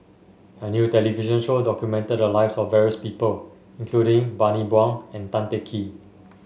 a new television show documented the lives of various people including Bani Buang and Tan Teng Kee